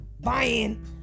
buying